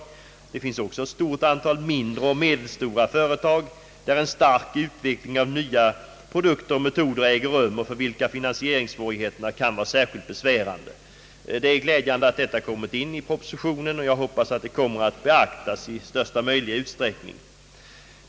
Det finns också, sägs det i propositionen, ett stort antal mindre och medelstora företag där en stark utveckling av nya produkter och metoder äger rum och för vilka = finansieringssvårigheterna kan vara särskilt besvärande. Det är glädjande att detta kommit in i propositionen, och jag hoppas att det kommer att beaktas i största möjliga utsträckning.